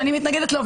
שאני מתנגדת לו,